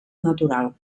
natural